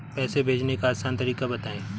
पैसे भेजने का आसान तरीका बताए?